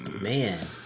Man